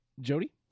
Jody